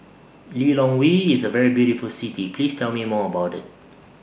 Lilongwe IS A very beautiful City Please Tell Me More about IT